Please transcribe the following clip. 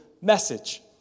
message